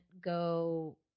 go